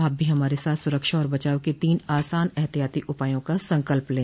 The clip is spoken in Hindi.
आप भी हमारे साथ सुरक्षा और बचाव के तीन आसान एहतियाती उपायों का संकल्प लें